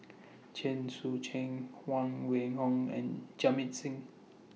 Chen Sucheng Huang Wenhong and Jamit Singh